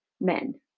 men